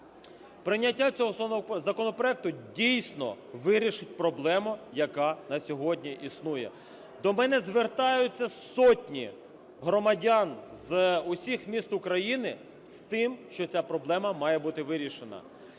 прийняття цього законопроекту, дійсно, вирішить проблему, яка на сьогодні існує. До мене звертаються сотні громадян з усіх міст України з тим, що ця проблема має бути вирішена.